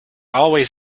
always